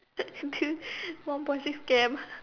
into one point six K_M